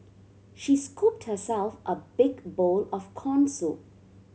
she scooped herself a big bowl of corn soup